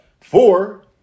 four